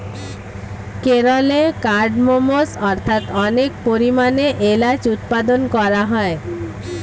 কেরলে কার্ডমমস্ অর্থাৎ অনেক পরিমাণে এলাচ উৎপাদন করা হয়